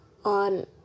On